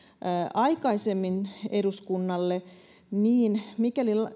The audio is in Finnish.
aikaisemmin eduskunnalle ja mikäli